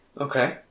Okay